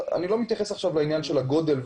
אני לא מתייחס עכשיו לעניין הגודל,